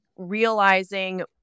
Realizing